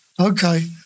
okay